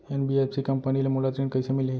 NBFC company ले मोला ऋण कइसे मिलही?